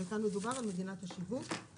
וכאן מדובר על מדינת השיווק.